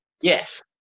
Yes